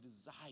desire